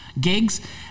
Gigs